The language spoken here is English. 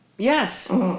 Yes